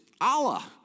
Allah